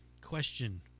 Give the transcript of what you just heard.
question